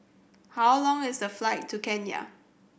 how long is the flight to Kenya